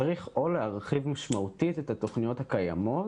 צריך או להרחיב משמעותית את התוכניות הקיימות,